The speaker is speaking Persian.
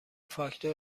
فاکتور